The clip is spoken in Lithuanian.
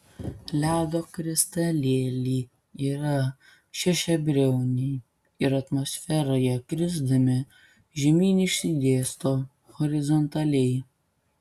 ledo kristalėliai yra šešiabriauniai ir atmosferoje krisdami žemyn išsidėsto horizontaliai